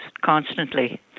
constantly